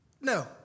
No